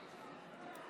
התוצאות: